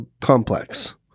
complex